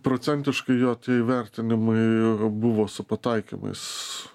procentiškai jo tie įvertinimai buvo su pataikymais